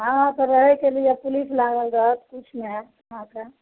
हाँ तऽ रहयके लिये पुलिस लागल रहत किछु नहि हैत अहाँके